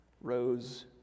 rose